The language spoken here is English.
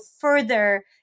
further